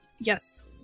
Yes